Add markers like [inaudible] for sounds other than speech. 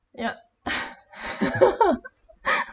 yup [laughs]